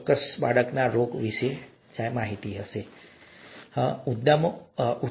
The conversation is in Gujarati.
ચોક્કસ બાળકમાં રોગ થશે વગેરે